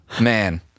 Man